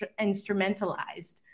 instrumentalized